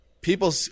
people